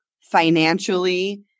financially